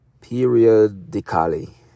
Periodically